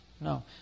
no